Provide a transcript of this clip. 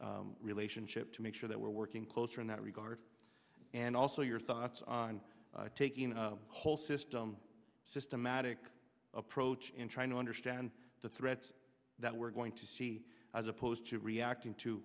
relationship to make sure that we're working closer in that regard and also your thoughts on taking the whole system systematic approach and trying to understand the threats that we're going to see as opposed to reacting to